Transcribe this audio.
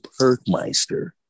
Perkmeister